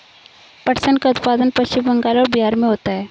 पटसन का उत्पादन पश्चिम बंगाल और बिहार में होता है